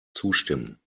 zustimmen